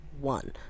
One